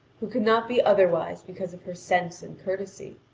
who cannot be otherwise because of her sense and courtesy.